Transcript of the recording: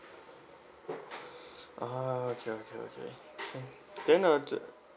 ah okay okay okay can then uh the